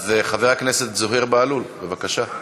אז חבר הכנסת זוהיר בהלול, בבקשה.